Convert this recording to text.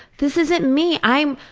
this isn't me! i'm.